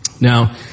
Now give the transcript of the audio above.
Now